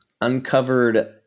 uncovered